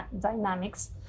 dynamics